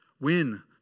win